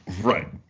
Right